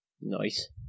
Nice